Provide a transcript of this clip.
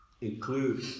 include